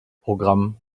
programm